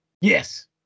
Yes